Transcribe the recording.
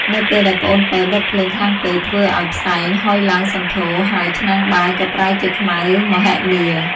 នៅពេលដែលប្អូនពៅដុតភ្លើងខ្លាំងពេក ធ្វើឱ្យផ្សែងហុយឡើងសន្ធោរ ហើយឆ្នាំងបាយក៏ប្រែជាខ្មៅមហិមា។